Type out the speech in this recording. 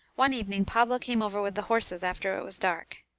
one evening pablo came over with the horses after it was dark.